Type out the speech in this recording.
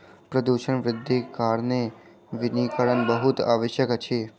प्रदूषण वृद्धिक कारणेँ वनीकरण बहुत आवश्यक अछि